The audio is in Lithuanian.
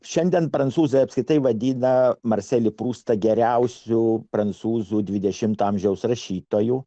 šiandien prancūzai apskritai vadina marselį prustą geriausių prancūzų dvidešimto amžiaus rašytojų